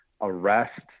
arrest